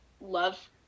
love